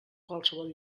qualsevol